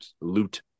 loot